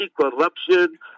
corruption